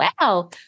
Wow